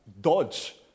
dodge